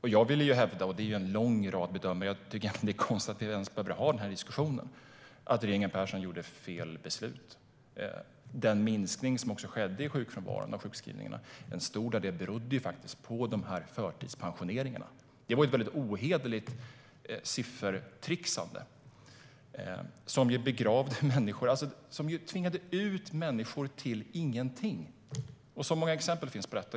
Jag och en lång rad bedömare hävdar att regeringen Persson tog fel beslut. Det är konstigt att vi ens behöver ha den diskussionen. Den minskning som skedde i sjukskrivningarna berodde till stor del på förtidspensioneringar. Det var ett ohederligt siffertrixande. Man tvingade ut människor till ingenting. Det finns så många exempel på detta.